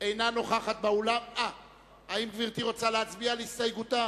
האם גברתי רוצה להצביע על הסתייגותה?